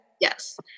Yes